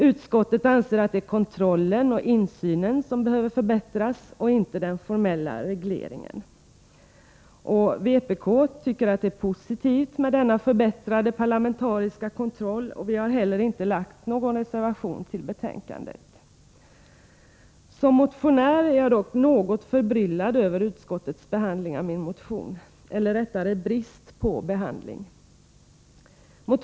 Utskottet anser att det är kontrollen och insynen som behöver förbättras och inte den formella regleringen. Vpk tycker att det är positivt med denna förbättrade parlamentariska kontroll, och vi har inte heller fogat någon reservation till betänkandet. Som motionär är jag dock något förbryllad över utskottets behandling, eller rättare brist på behandling, av min motion.